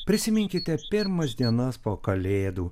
prisiminkite pirmas dienas po kalėdų